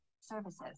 services